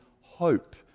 hope